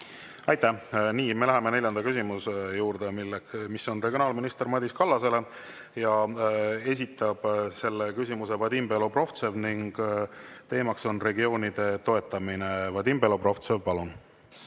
Aitäh! Nii! Me läheme neljanda küsimuse juurde, mis on regionaalminister Madis Kallasele. Selle küsimuse esitab Vadim Belobrovtsev ning teema on regioonide toetamine. Vadim Belobrovtsev, palun!